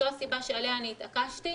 זו הסיבה שבגללה אני התעקשתי,